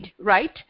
right